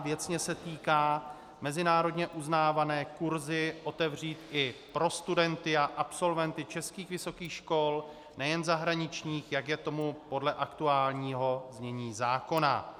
Věcně se týká mezinárodně uznávané kurzy otevřít i pro studenty a absolventy českých vysokých škol, nejen zahraničních, jak je tomu podle aktuálního znění zákona.